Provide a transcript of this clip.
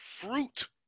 fruit